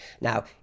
Now